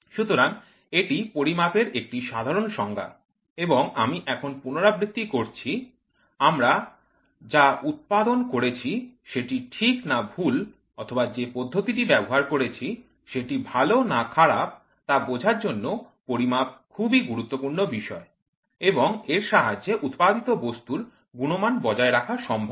সুতরাং এটি পরিমাপের একটি সাধারণ সংজ্ঞা এবং আমি এখন পুনরাবৃত্তি করছি আমরা যা উৎপাদন করেছে সেটি ঠিক না ভুল অথবা যে পদ্ধতিটি ব্যবহার করেছি সেটি ভালো না খারাপ তা বোঝার জন্য পরিমাপ খুবই গুরুত্বপূর্ণ বিষয় এবং এর সাহায্যে উৎপাদিত বস্তুর গুণমান বজায় রাখা সম্ভব